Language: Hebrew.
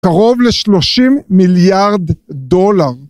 קרוב ל-30 מיליארד דולר.